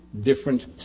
different